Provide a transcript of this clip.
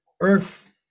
earth